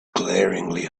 glaringly